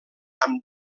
amb